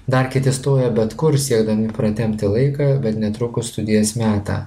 dar kiti stoja bet kur siekdami pratempti laiką bet netrukus studijas meta